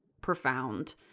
profound